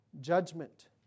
judgment